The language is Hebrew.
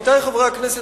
עמיתי חברי הכנסת,